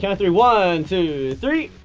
kind of three one, two, three!